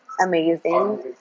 amazing